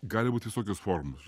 gali būt visokios formos